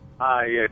Hi